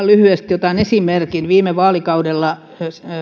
lyhyesti otan esimerkin viime vaalikaudella